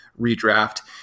redraft